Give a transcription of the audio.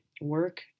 work